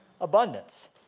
Abundance